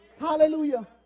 Hallelujah